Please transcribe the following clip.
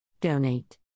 Donate